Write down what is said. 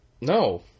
No